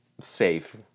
safe